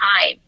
time